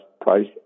price